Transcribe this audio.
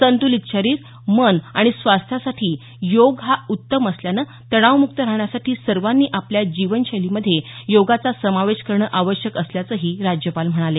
संतुलित शरीर मन आणि स्वास्थासाठी योग हा उत्तम असल्यानं तणावमुक्त राहण्यासाठी सर्वांनी आपल्या जीवनशैलीमध्ये योगाचा समावेश करणं आवश्यक असल्याचंही राज्यपाल म्हणाले